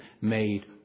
made